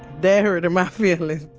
that hurted my feelings.